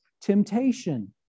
temptation